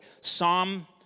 Psalm